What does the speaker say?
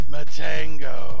Matango